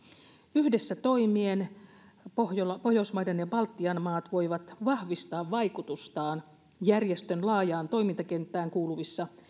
yhdessä toimien pohjoismaiden ja baltian maat voivat vahvistaa vaikutustaan järjestön laajaan toimintakenttään kuuluvissa